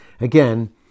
Again